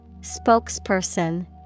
Spokesperson